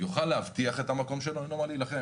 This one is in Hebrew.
יוכל להבטיח את המקום שלו בלי להילחם